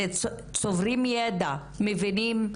צוברים ידע ומבינים.